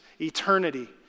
eternity